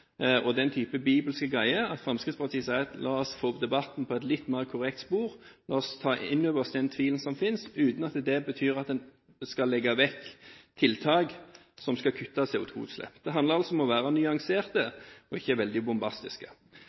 og den slags bibelske ting, at Fremskrittspartiet sier: La oss få debatten på et litt mer korrekt spor. La oss ta inn over oss den tvilen som finnes, uten at det betyr at vi skal legge vekk tiltak som skal kutte CO2-utslipp. Det handler altså om å være nyansert og ikke veldig